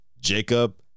Jacob